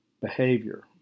behavior